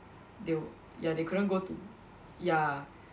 they w~ ya they couldn't go t~ ya